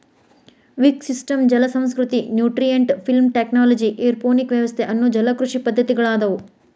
wick system ಜಲಸಂಸ್ಕೃತಿ, nutrient film technology, aeroponic ವ್ಯವಸ್ಥೆ ಅನ್ನೋ ಜಲಕೃಷಿ ಪದ್ದತಿಗಳದಾವು